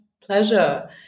pleasure